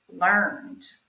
learned